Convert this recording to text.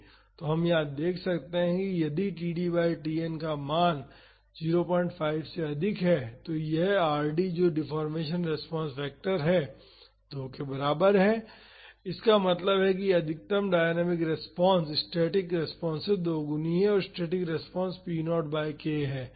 तो हम यहाँ देख सकते हैं कि यदि यह td बाई Tn का मान 05 से अधिक है तो यह Rd जो डिफ़ॉर्मेशन रेस्पॉन्स फैक्टर है 2 के बराबर है इसका मतलब है कि अधिकतम डायनामिक रेस्पॉन्स स्टैटिक रेस्पॉन्स से दोगुनी है और static response p0 by k है